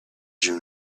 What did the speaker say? you